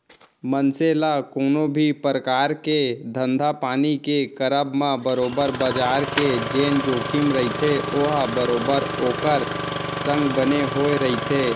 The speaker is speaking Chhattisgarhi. मनसे ल कोनो भी परकार के धंधापानी के करब म बरोबर बजार के जेन जोखिम रहिथे ओहा बरोबर ओखर संग बने होय रहिथे